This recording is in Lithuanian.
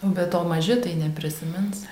be to maži tai neprisimins